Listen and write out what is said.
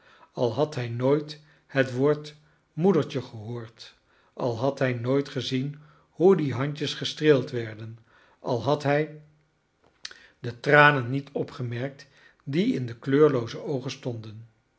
al had hij nooit het woord moedertje gehoord al had hij nooit gezien hoe die handjes gestreeld werden al had hij de tranen niet opgemerkt die in de kleurlooze oogen stonden